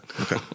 Okay